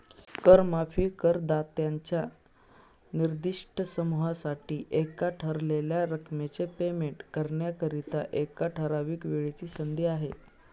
कर माफी करदात्यांच्या निर्दिष्ट समूहासाठी एका ठरवलेल्या रकमेचे पेमेंट करण्याकरिता, एका ठराविक वेळेची संधी आहे